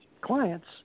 clients